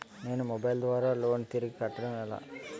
నేను మొబైల్ ద్వారా లోన్ తిరిగి కట్టడం ఎలా?